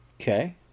okay